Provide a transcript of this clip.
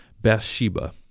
Bathsheba